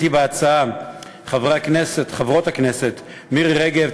בהצעה חברי הכנסת וחברות הכנסת מירי רגב,